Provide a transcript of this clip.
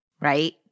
Right